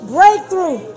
Breakthrough